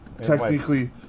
Technically